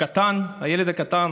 הילד הקטן